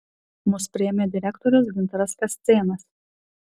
mus priėmė direktorius gintaras kascėnas